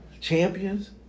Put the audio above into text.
champions